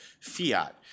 fiat